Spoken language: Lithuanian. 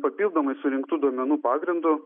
papildomai surinktų duomenų pagrindu